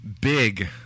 big